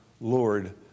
lord